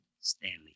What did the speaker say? Stanley